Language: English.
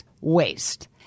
waste